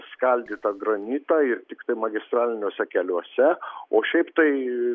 skaldytą granitą ir tiktai magistraliniuose keliuose o šiaip tai